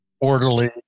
Orderly